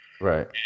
right